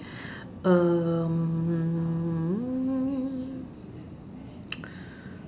um